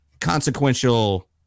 consequential